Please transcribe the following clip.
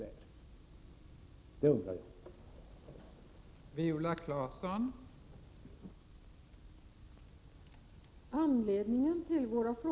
Det undrar jag.